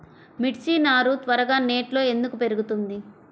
మిర్చి నారు త్వరగా నెట్లో ఎందుకు పెరుగుతుంది?